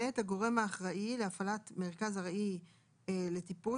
(ב)הגורם האחראי להפעלת מרכז ארעי לטיפול